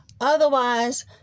Otherwise